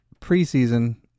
preseason